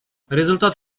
результат